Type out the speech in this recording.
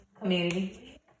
community